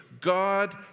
God